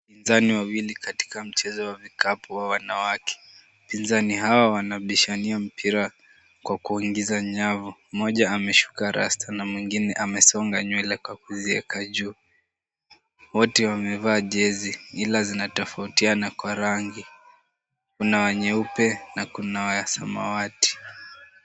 Wapinzani wawili katika mpira wa vikapu wa wanawake. Wapinzani hawa wanabishania mpira kwa kuingiza nyavu. Mmoja ameshuka rasta na mwingine amesonga nywele kwa kuziweka juu. Wote wamevaa jezi ila zinatofautiana kwa rangi, kuna nyeupe na kuna ya samawati.